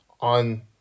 on